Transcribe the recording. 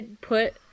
put